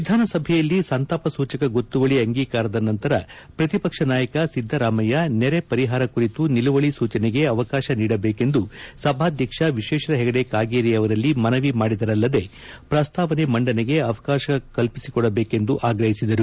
ವಿಧಾನಸಭೆಯಲ್ಲಿ ಸಂತಾಪ ಸೂಚಕ ಗೊತ್ತುವಳಿ ಅಂಗೀಕಾರ ನಂತರ ಪ್ರತಿಪಕ್ಷ ನಾಯಕ ಸಿದ್ದರಾಮಯ್ಯ ನೆರೆ ಪರಿಹಾರ ಕುರಿತು ನಿಲುವಳಿ ಸೂಚನೆಗೆ ಅವಕಾಶ ನೀಡಬೇಕೆಂದು ಸಭಾಧ್ಯಕ್ಷ ವಿಶ್ಲೇಶ್ವರ ಹೆಗಡೆ ಕಾಗೇರಿ ಅವರಲ್ಲಿ ಮನವಿ ಮಾಡಿದರಲ್ಲದೆ ಪ್ರಸ್ತಾವನೆ ಮಂಡನೆಗೆ ಅವಕಾಶ ಕಲ್ಪಿಸಿಕೊಡಬೇಕೆಂದು ಆಗ್ರಹಿಸಿದರು